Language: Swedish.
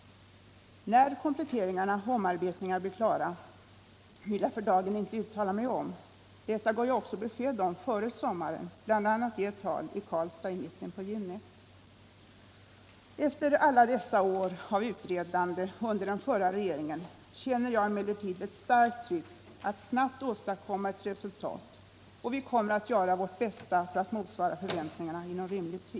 När kompletteringarna och omarbetningarna blir klara, vill jag för dagen inte uttala mig om. Detta gav jag också besked om före sommaren, bl.a. i ett tal i Karlstad i mitten av juni. Efter alla dessa år av utredande under den förra regeringen känner jag emellertid ett starkt tryck att snabbt åstadkomma ett resultat, och vi kommer att göra vårt bästa för att motsvara förväntningarna inom rimlig tid.